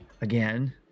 again